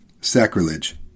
Sacrilege